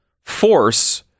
force